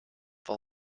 for